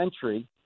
century